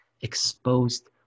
exposed